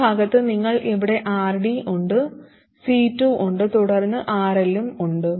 ഈ ഭാഗത്ത് നിങ്ങൾക്ക് ഇവിടെ RD ഉണ്ട് C 2 ഉണ്ട് തുടർന്ന് RL ഉം ഉണ്ട്